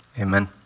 amen